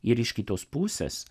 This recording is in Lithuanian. ir iš kitos pusės